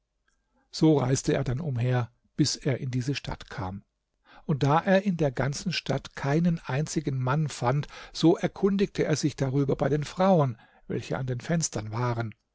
so reiste er dann umher bis er in diese stadt kam und da er in der ganzen stadt keinen einzigen mann fand so erkundigte er sich darüber bei den frauen welche an den fenstern waren